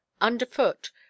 Underfoot